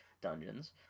dungeons